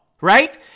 Right